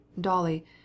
Dolly